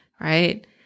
right